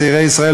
צעירי ישראל,